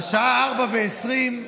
השעה 04:20,